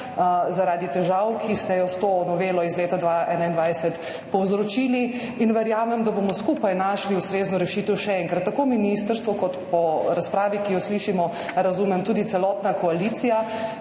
zaradi težave, ki ste jo s to novelo iz leta 2021 povzročili, in verjamem, da bomo skupaj našli ustrezno rešitev. Še enkrat, tako ministrstvo, kot razumem po razpravi, ki jo slišimo, kot tudi celotna koalicija